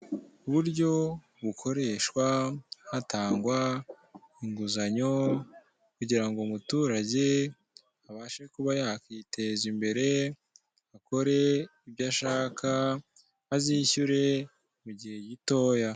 Uburyo bukoreshwa hatangwa inguzanyo, kugira ngo umuturage abashe kuba yakiteza imbere akore ibyo ashaka azishyure mu gihe gitoya.